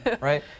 right